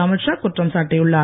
அமித்ஷா குற்றம் சாட்டியுள்ளார்